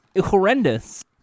horrendous